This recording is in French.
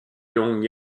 yung